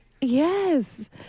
Yes